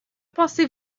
pensez